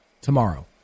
tomorrow